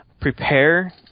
prepare